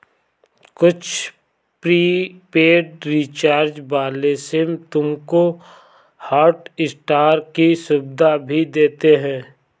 कुछ prepaid recharge वाले SIM तुमको हॉटस्टार की सुविधा भी देते हैं